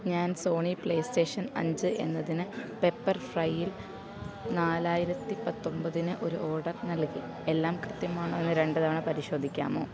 ഞാൻ Sony PlayStation അഞ്ച് എന്നതിന് പെപ്പർ ഫ്രൈയിൽ നാലായിരത്തി പത്തൊൻപതിന് ഒരു ഓർഡർ നൽകി എല്ലാം കൃത്യമാണോ എന്ന് രണ്ടു തവണ പരിശോധിക്കാമോ